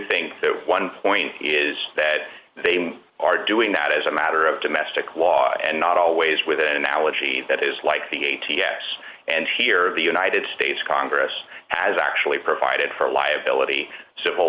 think one point is that they are doing that as a matter of domestic law and not always with an analogy that is like the a t f and here the united states congress has actually provided for liability civil